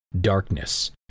darkness